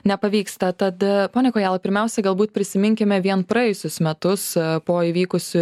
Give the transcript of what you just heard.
nepavyksta tad pone kojala pirmiausiai galbūt prisiminkime vien praėjusius metus po įvykusių